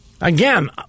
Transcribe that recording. Again